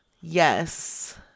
Yes